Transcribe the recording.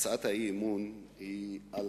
הצעת האי-אמון היא על